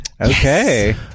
Okay